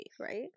right